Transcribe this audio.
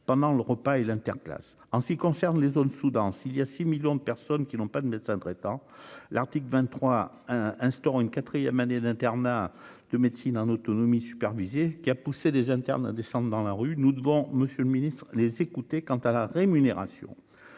pendant le repas et l'interclasses en ce qui concerne les zones sous-denses il y a 6 millions de personnes qui n'ont pas de médecin traitant, l'article 23 instaure une 4ème année d'internat de médecine en autonomie supervisée qui a poussé des internes, descendre dans la rue, nous devons Monsieur le Ministre, les écouter, quant à la rémunération